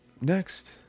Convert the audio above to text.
next